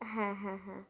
হ্যাঁ হ্যাঁ হ্যাঁ